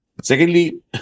Secondly